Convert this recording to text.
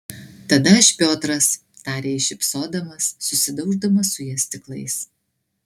tada aš piotras tarė jis šypsodamas susidauždamas su ja stiklais